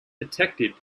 detected